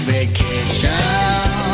vacation